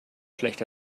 schlecht